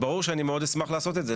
ברור שאני מאוד אשמח לעשות את זה.